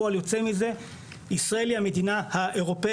פועל יוצא מזה שישראל היא המדינה "האירופית"